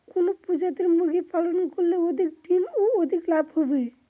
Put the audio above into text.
কোন প্রজাতির মুরগি পালন করলে অধিক ডিম ও অধিক লাভ হবে?